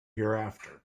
hereafter